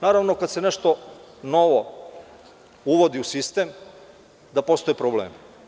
Naravno, kada se nešto novo uvodi u sistem da postoje problemi.